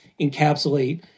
encapsulate